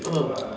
(uh huh)